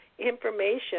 information